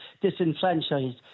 disenfranchised